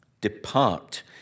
Depart